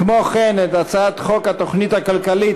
כמו כן, את הצעת חוק התוכנית הכלכלית